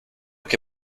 que